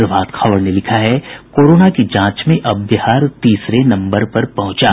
प्रभात खबर ने लिखा है कोरोना की जांच में अब बिहार तीसरे नम्बर पर पहुंचा